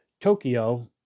Tokyo